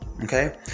okay